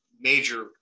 major